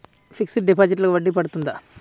Fixed డిపాజిట్లకు వడ్డీ పడుతుందా?